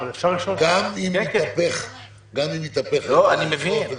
גם אם יתהפכו היוצרות,